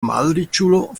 malriĉulo